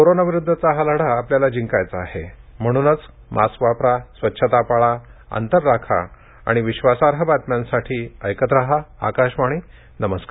corona विरुद्धचा हा लढा आपल्याला जिंकायचा आहे म्हणूनच मास्क वापरा स्वच्छता पाळा अंतर राखा आणि विश्वासार्ह बातम्यांसाठी ऐकत रहा आकाशवाणी नमस्कार